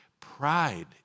Pride